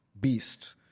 beast